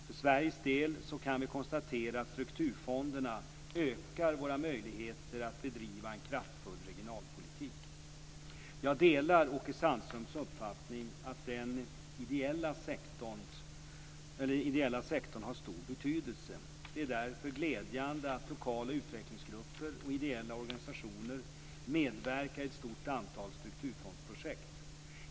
För Sveriges del kan vi konstatera att strukturfonderna ökar våra möjligheter att bedriva en kraftfull regionalpolitik. Jag delar Åke Sandströms uppfattning att den ideella sektorn har stor betydelse. Det är därför glädjande att lokala utvecklingsgrupper och ideella organisationer medverkar i ett stort antal strukturfondsprojekt.